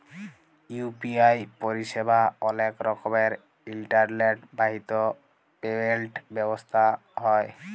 UPI পরিসেবা অলেক রকমের ইলটারলেট বাহিত পেমেল্ট ব্যবস্থা হ্যয়